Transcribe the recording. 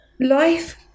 life